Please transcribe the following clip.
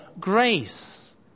grace